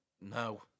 No